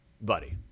buddy